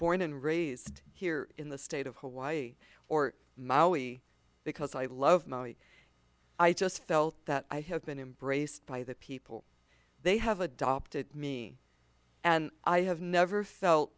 born and raised here in the state of hawaii or maui because i love maui i just felt that i have been embraced by the people they have adopted me and i have never felt